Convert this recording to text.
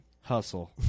hustle